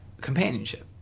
companionship